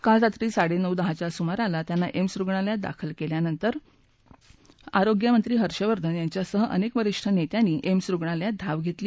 काल रात्री साडेनऊ दहाच्या सुमाराला त्यांना एम्स रुग्णालयात दाखल केल्यानंतर आरोग्यमंत्री हर्षवर्धन यांच्यासह अनेक वरीष्ठ नेत्यांनी एम्स रुग्णालयात धाव घेतली